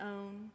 own